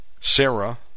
Sarah